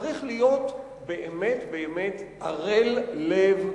צריך להיות באמת באמת ערל לב,